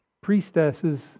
priestesses